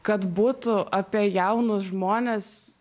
kad būtų apie jaunus žmones